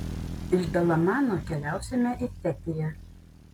iš dalamano keliausime į fetiją